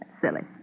silly